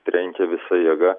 trenkė visa jėga